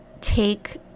take